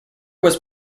was